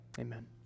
Amen